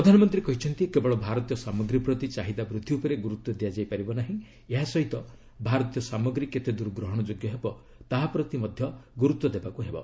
ପ୍ରଧାନମନ୍ତ୍ରୀ କହିଛନ୍ତି କେବଳ ଭାରତୀୟ ସାମଗ୍ରୀ ପ୍ରତି ଚାହିଦା ବୃଦ୍ଧି ଉପରେ ଗୁରୁତ୍ୱ ଦିଆଯାଇପାରିବ ନାହିଁ ଏହା ସହିତ ଭାରତୀୟ ସାମଗ୍ରୀ କେତେଦୂର ଗ୍ରହଣଯୋଗ୍ୟ ହେବ ତାହାପ୍ରତି ମଧ୍ୟ ଗୁରୁତ୍ୱ ଦେବାକୁ ପଡିବ